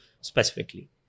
specifically